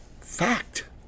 fact